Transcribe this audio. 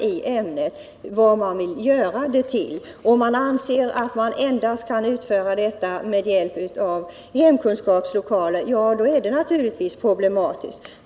Anser man att undervisningen kan klaras endast med hjälp av hemkunskapslokaler, blir det naturligtvis problematiskt.